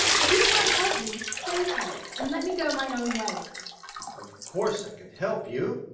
if you can't help me, say so, and let me go my own way of course i can help you.